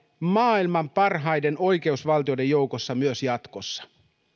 maailman parhaiden oikeusvaltioiden joukossa myös jatkossa